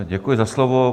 Děkuji za slovo.